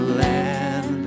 land